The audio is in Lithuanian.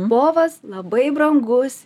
povas labai brangus